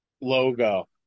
logo